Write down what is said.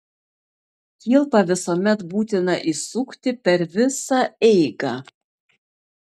kilpą visuomet būtina įsukti per visą eigą